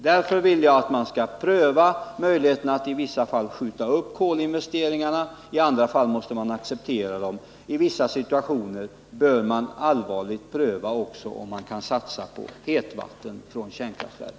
Därför vill jag att man skall pröva möjligheten att i vissa fall skjuta upp kolinvesteringarna och i andra fall acceptera dem. Man bör också allvarligt pröva om man kan satsa på hetvatten från kärnkraftverk.